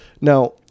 Now